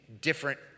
different